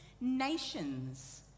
Nations